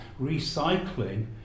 recycling